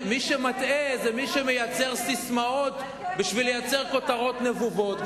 מי שמטעה זה מי שמייצר ססמאות בשביל לייצר כותרות נבובות,